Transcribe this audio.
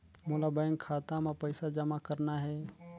मोला बैंक खाता मां पइसा जमा करना हे?